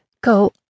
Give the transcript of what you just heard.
Go